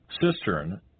cistern